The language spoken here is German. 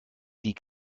die